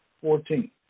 Fourteen